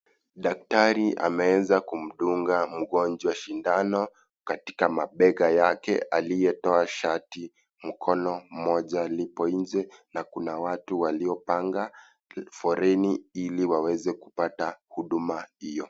Daktari ameeza kumdunga mgonjwa shindano katika mabega yake aliyetoa shati, mkono mmoja lipo nje na kuna watu waliopanga foleni ili waweze kupata huduma hiyo.